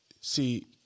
see